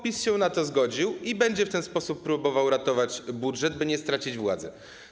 PiS się na to zgodził i będzie w ten sposób próbował ratować budżet, by nie stracić władzy.